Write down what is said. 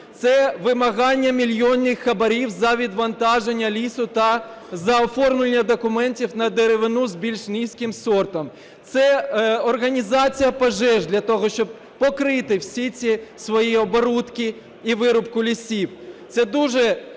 це вимагання мільйонних хабарів за відвантаження лісу та за оформлення документів на деревину з більш низьким сортом, це організація пожеж, для того щоб покрити всі ці свої оборудки і вирубку лісів. Це дуже